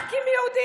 רק אם יהודי?